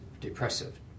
depressive